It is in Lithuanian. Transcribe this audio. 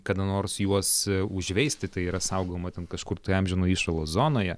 kada nors juos užveisti tai yra saugoma ten kažkur amžino įšalo zonoje